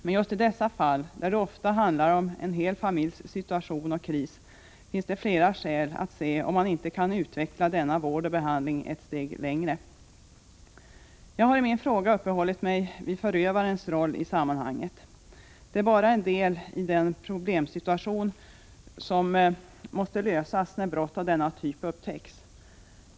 Men just i dessa fall där det ofta handlar om en hel familjs situation och kris finns det flera skäl att undersöka om man inte kan utveckla denna vård och behandling ett steg längre. Jag har i min interpellation uppehållit mig vid förövarens roll i sammanhanget. Det är bara en del i den problemsituation som måste angripas när brott av denna typ upptäcks.